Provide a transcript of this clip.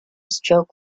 stroke